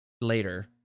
later